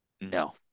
No